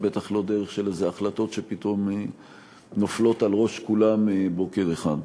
ובטח לא דרך של איזה החלטות שפתאום נופלות על ראש כולם בוקר אחד.